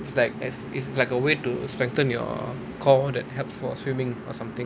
it's like as in a way to strengthen your core that helps for swimming or something